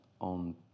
on